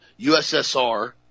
USSR